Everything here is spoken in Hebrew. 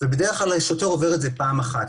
ובדרך כלל שוטר עובר את זה פעם אחת,